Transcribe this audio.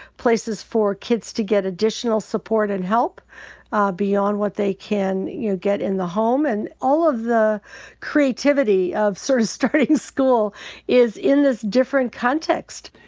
places for kids to get additional support and help ah beyond what they can, you know, get in the home. and all of the creativity of sort of starting school is in this different context.